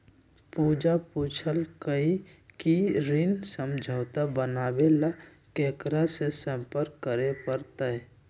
पूजा पूछल कई की ऋण समझौता बनावे ला केकरा से संपर्क करे पर तय?